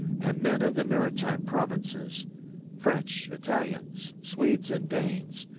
and men of the maritime provinces french, italians, swedes, and danes,